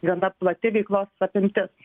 gana plati veiklos apimtis